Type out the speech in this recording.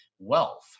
Wealth